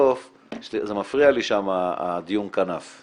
אני מסכים עם כל